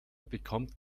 bekommt